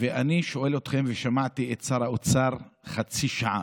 ואני שואל אתכם, ושמעתי את שר האוצר חצי שעה,